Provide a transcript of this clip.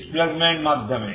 displacement মাধ্যমে